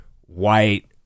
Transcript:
white